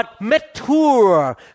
mature